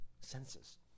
senses